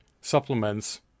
supplements